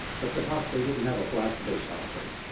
but the hos, they didn't have a black-based hospital.